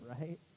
Right